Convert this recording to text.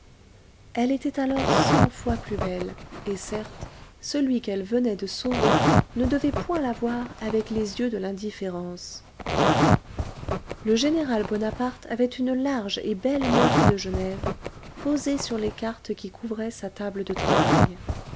elle était alors cent fois plus belle et certes celui qu'elle venait de sauver ne devait point la voir avec les yeux de l'indifférence le général bonaparte avait une large et belle montre de genève posée sur les cartes qui couvraient sa table de travail